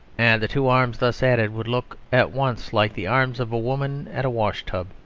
and the two arms thus added would look at once like the arms of a woman at a wash-tub.